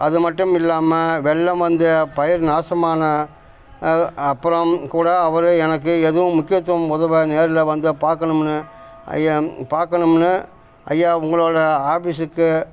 அது மட்டும் இல்லாமல் வெள்ளம் வந்து பயிர் நாசமான அப்புறம் கூட அவர் எனக்கு எதுவும் முக்கியத்துவம் உதவ நேரில் வந்து பார்க்கணும்னு ஐயா பார்க்கணும்னு ஐயா உங்களோடய ஆபீஸுக்கு